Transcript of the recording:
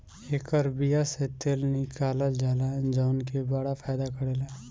एकर बिया से तेल निकालल जाला जवन की बड़ा फायदा करेला